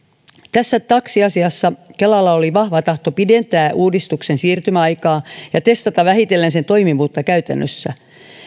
tässä taksiasiassa kelalla oli vahva tahto pidentää uudistuksen siirtymäaikaa ja testata vähitellen sen toimivuutta käytännössä